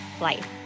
life